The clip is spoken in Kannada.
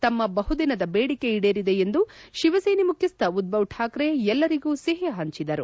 ತಮ್ಮ ಬಹುದಿನದ ಬೇಡಿಕೆ ಈಡೇರಿದೆ ಎಂದು ಶಿವಸೇನೆ ಮುಖ್ಯಸ್ಹ ಉದ್ದವ್ ಶಾಕ್ರೆ ಎಲ್ಲರಿಗೂ ಸಿಹಿ ಹಂಚಿದರು